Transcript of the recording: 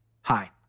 Hi